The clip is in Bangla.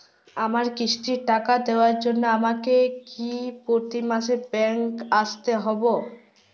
আমার কিস্তির টাকা দেওয়ার জন্য আমাকে কি প্রতি মাসে ব্যাংক আসতে হব?